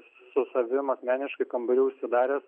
su savim asmeniškai kambary užsidaręs